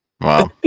Wow